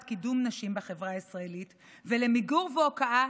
קידום נשים בחברה הישראלית ולמיגור והוקעה